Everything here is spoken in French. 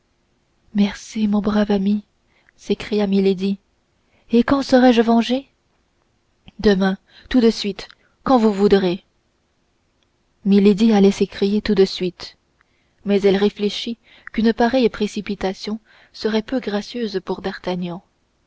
merci mon brave ami s'écria milady et quand serai-je vengée demain tout de suite quand vous voudrez milady allait s'écrier tout de suite mais elle réfléchit qu'une pareille précipitation serait peu gracieuse pour d'artagnan